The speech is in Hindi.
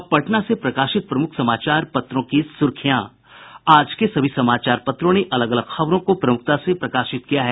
अब पटना से प्रकाशित प्रमुख समाचार पत्रों की सुर्खियां आज के सभी समाचार पत्रों ने अलग अलग खबरों को प्रमुखता से प्रकाशित किया है